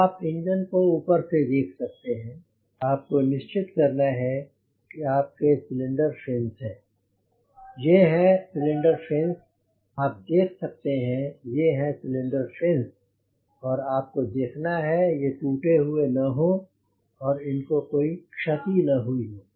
अब आप इंजन को ऊपर से देख सकते हैं आपको निश्चित करना है कि आपके सिलिंडर फिन्स ये हैं सिलिंडर फिन्स आप देख सकते हैं ये हैं सिलिंडर फिन्स आपको देखना है ये टूटे हुए न हों या इनको कोई क्षति न हुई हो